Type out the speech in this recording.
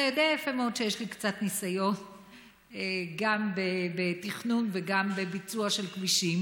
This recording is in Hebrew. אתה יודע יפה מאוד שיש לי קצת ניסיון גם בתכנון וגם בביצוע של כבישים.